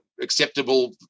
acceptable